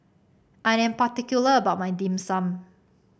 I am particular about my Dim Sum